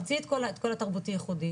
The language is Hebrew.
תוציא את כל התרבותי ייחודי.